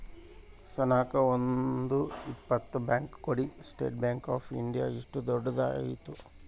ಸನೇಕ ಒಂದ್ ಇಪ್ಪತ್ ಬ್ಯಾಂಕ್ ಕೂಡಿ ಸ್ಟೇಟ್ ಬ್ಯಾಂಕ್ ಆಫ್ ಇಂಡಿಯಾ ಇಷ್ಟು ದೊಡ್ಡದ ಆಯ್ತು